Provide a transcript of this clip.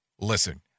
Listen